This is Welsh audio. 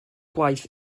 gwaith